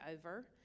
over